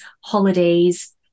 holidays